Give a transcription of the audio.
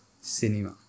cinema